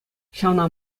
ҫавна